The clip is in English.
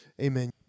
Amen